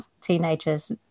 teenagers